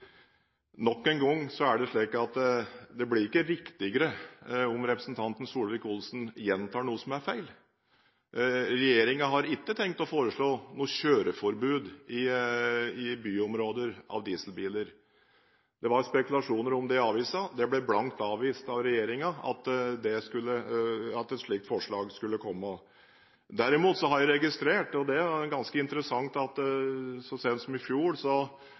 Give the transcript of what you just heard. nok en gang er det slik at det blir ikke riktigere om representanten Solvik-Olsen gjentar noe som er feil. Regjeringen har ikke tenkt å foreslå noe kjøreforbud i byområder for dieselbiler. Det var spekulasjoner om det i avisen, det ble blankt avvist av regjeringen at et slikt forslag skulle komme. Derimot har jeg registrert – og det er ganske interessant – at så sent som i fjor